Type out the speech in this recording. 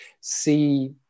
see